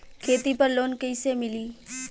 खेती पर लोन कईसे मिली?